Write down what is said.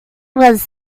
was